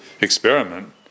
experiment